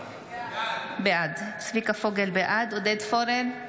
בעד עודד פורר,